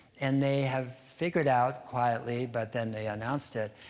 and they have figured out quietly, but then they announced it,